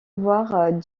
voir